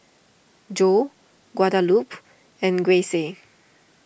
Jo Guadalupe and Grayce